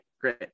great